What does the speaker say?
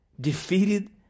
defeated